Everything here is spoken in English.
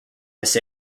this